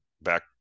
back